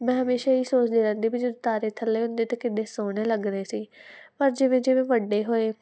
ਮੈਂ ਹਮੇਸ਼ਾ ਇਹੀ ਸੋਚਦੀ ਰਹਿੰਦੀ ਵੀ ਜਦੋਂ ਤਾਰੇ ਥੱਲੇ ਹੁੰਦੇ ਤਾਂ ਕਿੱਡੇ ਸੋਹਣੇ ਲੱਗਦੇ ਸੀ ਪਰ ਜਿਵੇਂ ਜਿਵੇਂ ਵੱਡੇ ਹੋਏ